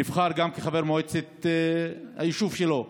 נבחר גם כחבר מועצת היישוב שלו,